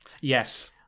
Yes